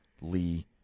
Lee